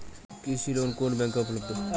কৃষি ঋণ কোন কোন ব্যাংকে উপলব্ধ?